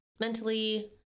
mentally